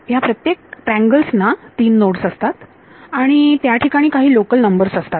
या प्रत्येक ट्रँगल्स ना तीन नोड्स असतात आणि त्या ठिकाणी काही लोकल नंबर्स असतात